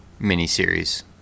miniseries